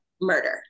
murder